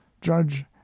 Judge